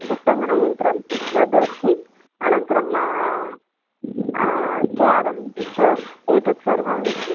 उट्टकनयन्त्रं तद् अस्ति अनन्तरं केरम् चेस् एतत् सर्वम्